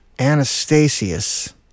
Anastasius